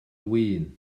win